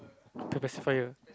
the pacifier